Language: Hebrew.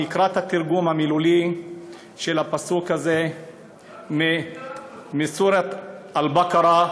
אני אקרא את התרגום המילולי של הפסוק הזה (אומר דברים בשפה הערבית,